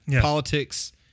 Politics